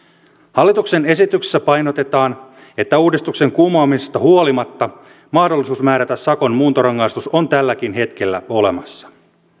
hallituksen esityksessä painotetaan että uudistuksen kumoamisesta huolimatta mahdollisuus määrätä sakon muuntorangaistus on tälläkin hetkellä olemassa